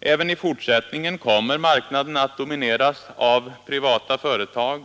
Även i fortsättningen kommer marknaden att domineras av privata företag.